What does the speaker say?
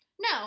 No